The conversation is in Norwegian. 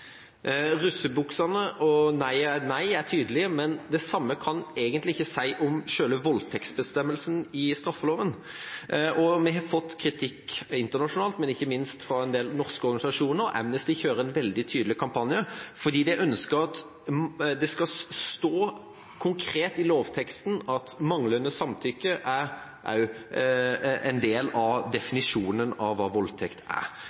nei» på russebuksene er tydelig, men det samme kan egentlig ikke sies om selve voldtekstbestemmelsen i straffeloven. Vi har fått kritikk internasjonalt, men ikke minst fra en del norske organisasjoner. Amnesty kjører en veldig tydelig kampanje fordi de ønsker at det skal stå konkret i lovteksten at manglende samtykke også skal være en del av definisjonen av hva voldtekt er.